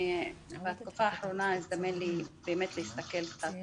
בתקופה האחרונה הזדמן לי להסתכל קצת,